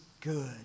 good